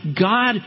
God